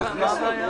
הם ייכנסו בדיון הבא.